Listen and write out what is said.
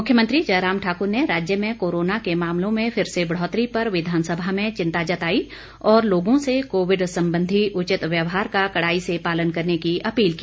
मुख्यमंत्री जयराम ठाकुर ने राज्य में कोरोना के मामलों में फिर से बढ़ोतरी पर विधानसभा में चिंता जताई और लोगों से कोविड संबंधी उचित व्यवहार का कड़ाई से पालन करने की अपील की